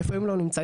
איפה הם לא נמצאים,